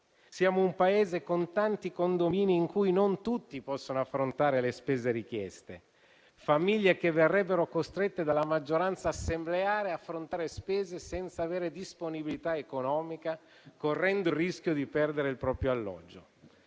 siamo un Paese con tanti condomini in cui non tutti possono affrontare le spese richieste: famiglie che verrebbero costrette dalla maggioranza assembleare ad affrontare spese senza avere disponibilità economica, correndo il rischio di perdere il proprio alloggio.